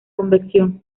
convección